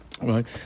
Right